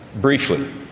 briefly